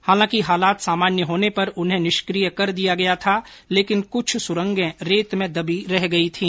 हालांकि हालात सामान्य होने पर उन्हें निष्क्रिय कर दिया गया था लेकिन कुछ सुरेंगें रेत में दबी रह गई थी